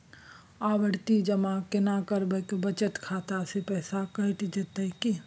आवर्ति जमा केना करबे बचत खाता से पैसा कैट जेतै की?